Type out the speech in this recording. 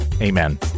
Amen